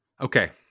Okay